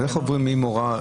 הבינונו.